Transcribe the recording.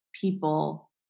people